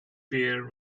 pair